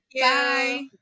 Bye